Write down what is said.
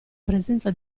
presenza